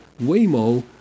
Waymo